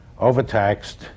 overtaxed